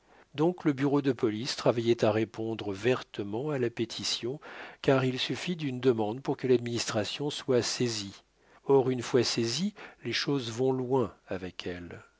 donc le bureau de police travaillait à répondre vertement à la pétition car il suffit d'une demande pour que l'administration soit saisie or une fois saisie les choses vont loin avec elle